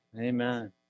Amen